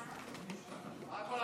כל הכבוד.